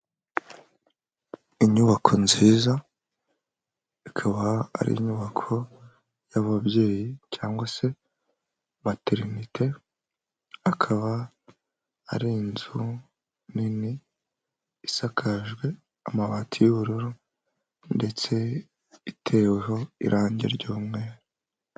Inyubako nziza ikaba ari inyubako y'ababyeyi cyangwa se materinete, akaba ari inzu nini isakajwe amabati y'ubururu ndetse iteweho irangi ry'umweru.